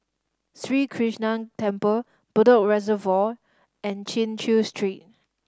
Sri Krishnan Temple Bedok Reservoir and Chin Chew Street